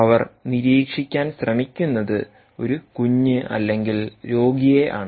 അവർ നിരീക്ഷിക്കാൻ ശ്രമിക്കുന്നത് ഒരു കുഞ്ഞ് അല്ലെങ്കിൽ രോഗിയെ ആണ്